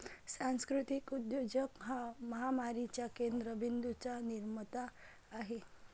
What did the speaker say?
सांस्कृतिक उद्योजक हा महामारीच्या केंद्र बिंदूंचा निर्माता आहे